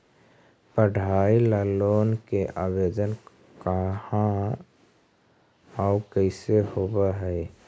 पढाई ल लोन के आवेदन कहा औ कैसे होब है?